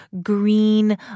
green